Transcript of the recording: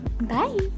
bye